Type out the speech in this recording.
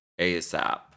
ASAP